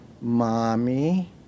Mommy